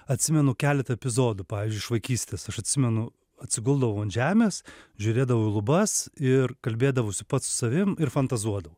atsimenu keletą epizodų pavyzdžiui iš vaikystės aš atsimenu atsiguldavau ant žemės žiūrėdavau į lubas ir kalbėdavausi pats savim ir fantazuodavau